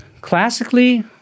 Classically